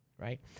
right